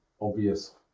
obvious